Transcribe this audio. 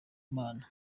mana